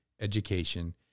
education